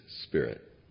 spirit